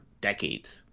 decades